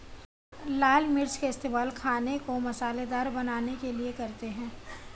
लाल मिर्च का इस्तेमाल खाने को मसालेदार बनाने के लिए करते हैं